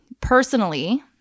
personally